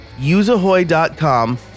useahoy.com